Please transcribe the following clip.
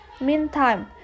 meantime